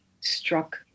struck